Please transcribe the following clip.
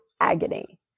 agony